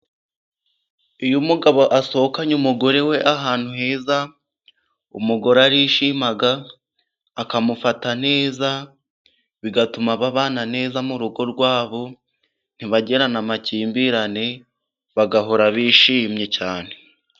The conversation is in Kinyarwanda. Iyo umugabo asohokanye umugore we ahantu heza, umugore arishima, akamufata neza, bigatuma babana neza mu rugo rwabo, ntibagirane amakimbirane, bagahora bishimye cyane.